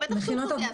בטח שכן.